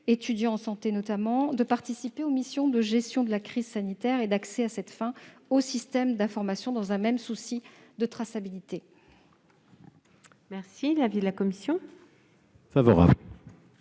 étudiants en santé, de participer aux missions de gestion de la crise sanitaire et d'accéder, à cette fin, aux systèmes d'information, dans un même souci de traçabilité. Quel est l'avis de la commission ? Favorable.